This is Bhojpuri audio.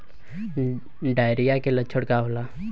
डायरिया के लक्षण का होला?